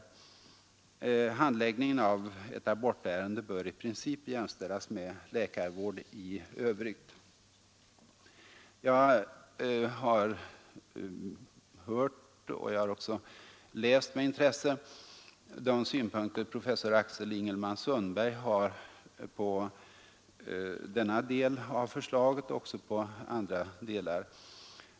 Handläggningen av ett abortärende bör i princip jämställas med läkarvård i övrigt. Jag har hört och också med intresse läst de synpunkter professor Axel Ingelman-Sundberg har på denna del av förslaget — och även på andra delar.